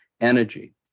energy